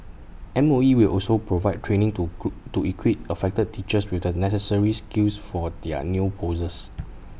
M O E will also provide training to crew to equip affected teachers with the necessary skills for their new posts